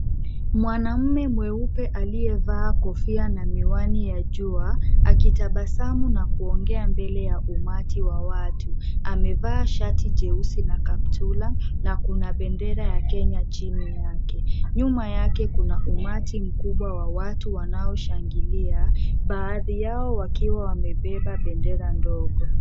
Mwanamume mweupe aliyevaa kofia na miwani ya jua akitabasamu na kuongea mbele ya umati wa watu. amevaa shati jeusi na kaptura na kuna bendera ya Kenya chini yake. Nyuma yake kuna umati mkubwa wa watu wanaoshangilia baadhi yao wakiwa wamebeba bendera ndogo.